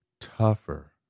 tougher